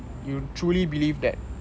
you truly believe that